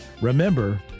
remember